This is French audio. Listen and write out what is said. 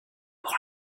pour